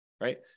Right